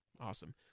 Awesome